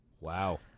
Wow